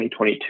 2022